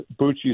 Bucci